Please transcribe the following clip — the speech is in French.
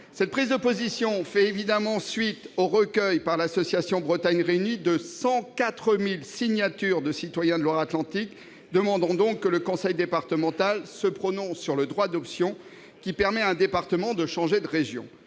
Cette prise de position fait évidemment suite au recueil, par l'association Bretagne Réunie, de 104 000 signatures de citoyens de Loire-Atlantique demandant que le conseil départemental se prononce sur le droit d'option, qui permet à un département de changer de région.